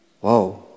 Whoa